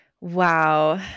wow